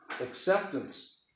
Acceptance